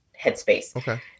headspace